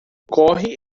corre